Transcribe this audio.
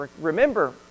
Remember